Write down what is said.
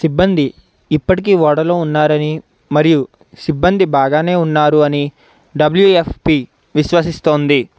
సిబ్బంది ఇప్పటికీ ఓడలో ఉన్నారని మరియు సిబ్బంది బాగానే ఉన్నారు అని డబ్ల్యూఎఫ్పి విశ్వసిస్తోంది